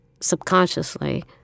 subconsciously